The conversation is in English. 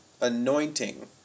anointing